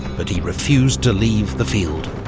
but he refused to leave the field.